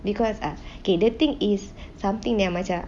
because ah okay the thing is something there macam